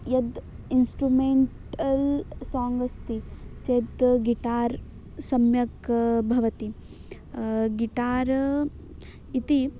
यद् instrumental song अस्ति चेत् गिटार् सम्यक् भवति गिटार् इति